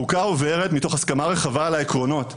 חוקה עוברת מתוך הסכמה רחבה על העקרונות.